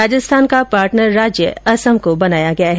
राजस्थान का पार्टनर राज्य असम को बनाया गया है